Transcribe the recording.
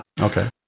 Okay